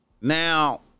Now